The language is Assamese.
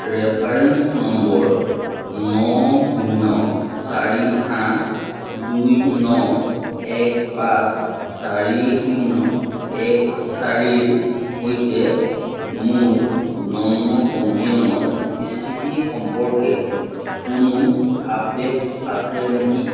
ৰেফাৰেন্স নম্বৰ ন শূন্য চাৰি আঠ দুই ন এক পাঁচ চাৰি শূন্য এক চাৰিৰ সৈতে মোৰ জন্ম পঞ্জীয়নৰ স্থিতি সম্পৰ্কে কোনো আপডেট আছে নেকি